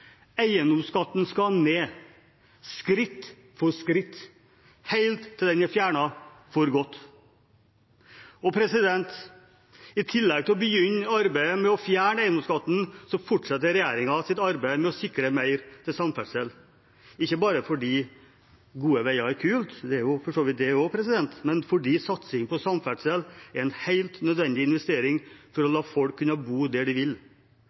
Eiendomsskatten skal ned, skritt for skritt, helt til den er fjernet for godt. I tillegg til å begynne arbeidet med å fjerne eiendomsskatten fortsetter regjeringen sitt arbeid med å sikre mer til samferdsel, ikke bare fordi gode veier er kult – de er jo for så vidt det også – men også fordi satsing på samferdsel er en helt nødvendig investering for å la folk kunne bo der de vil.